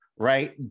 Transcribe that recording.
right